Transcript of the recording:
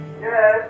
Yes